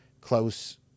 close